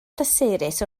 pleserus